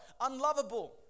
Unlovable